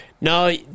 No